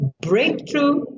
Breakthrough